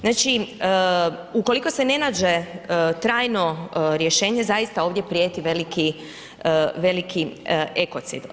Znači ukoliko se ne nađe trajno rješenje zaista ovdje prijeti veliki ekocid.